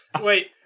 Wait